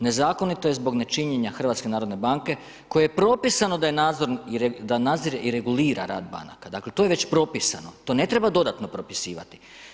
Nezakonito je zbog nečinjenja HNB koje je propisano da nadzire i regulira rad banaka, dakle to je već propisano, to ne treba dodatno propisivati.